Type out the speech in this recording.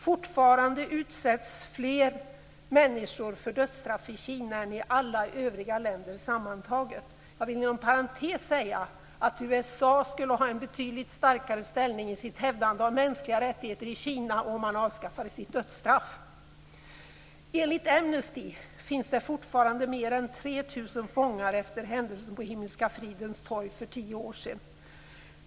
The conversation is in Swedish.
Fortfarande utsätts fler människor för dödsstraff i Kina än i alla övriga länder tillsammans. Jag vill inom parentes säga att USA skulle ha en betydligt starkare ställning i sitt hävdande av mänskliga rättigheter i Kina om man avskaffade sitt dödsstraff. Enligt Amnesty finns det fortfarande mer än 3 000 fångar efter händelsen på Himmelska fridens torg för tio år sedan.